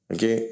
Okay